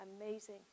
amazing